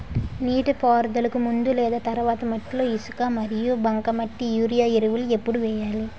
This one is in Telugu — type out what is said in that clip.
నీటిపారుదలకి ముందు లేదా తర్వాత మట్టిలో ఇసుక మరియు బంకమట్టి యూరియా ఎరువులు ఎప్పుడు వేయాలి?